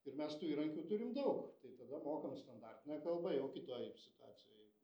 ir mes tų įrankių turim daug tai tada mokam standartinę kalbą jau kitoj situacijoj